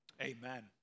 Amen